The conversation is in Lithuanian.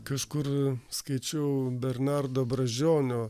kažkur skaičiau bernardo brazdžionio